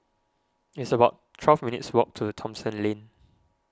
it's about twelve minutes' walk to Thomson Lane